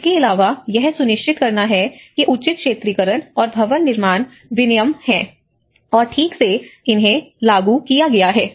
इसके अलावा यह सुनिश्चित करना कि उचित क्षेत्रीकरण और भवन निर्माण विनियम हैं और ठीक से इन्हें लागू किया जा रहा है